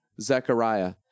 Zechariah